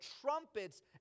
trumpets